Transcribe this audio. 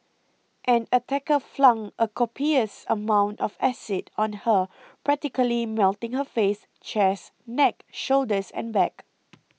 an attacker flung a copious amount of acid on her practically melting her face chest neck shoulders and back